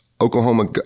Oklahoma